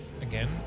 again